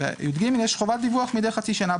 ב-י"ג יש חובת דיווח מדי חצי שנה.